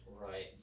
Right